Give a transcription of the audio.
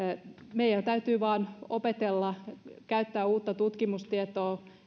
meidän täytyy vain opetella käyttämään uutta tutkimustietoa